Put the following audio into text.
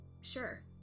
sure